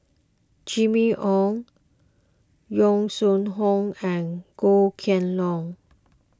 Jimmy Ong Yong Shu Hoong and Goh Kheng Long